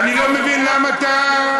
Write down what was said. אני לא מבין למה אתה,